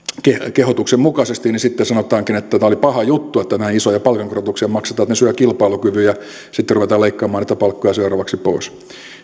kehotuksen mukaisesti sanotaankin että tämä oli paha juttu että näin isoja palkankorotuksia maksetaan että ne syövät kilpailukyvyn ja sitten ruvetaan leikkaamaan niitä palkkoja seuraavaksi pois